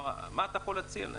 מה אתה יכול להציע להם?